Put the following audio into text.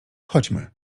chodźmy